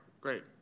great